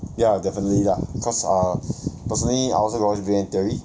ya definitely lah because ah personally I also got watch big bang theory